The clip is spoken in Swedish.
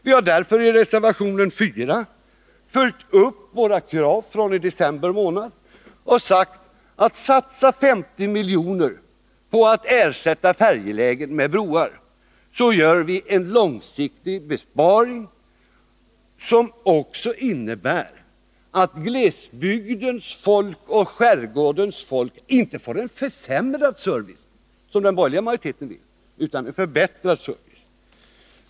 Vi har därför i reservation 4 följt upp våra krav från december månad och föreslagit att det skall satsas 50 milj.kr. på att ersätta färjelägen med broar. Vi gör därmed en långsiktig besparing. Vårt förslag innebär dessutom att glesbygdens och skärgårdens folk inte får en försämrad service, något som den borgerliga majoriteten vill, utan en förbättrad service.